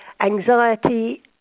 anxiety